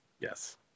Yes